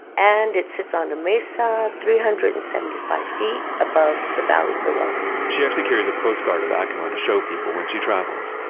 and it sits on a mesa three hundred and seventy five feet above the valley below she actually carries a postcard of acoma to show people when she travels.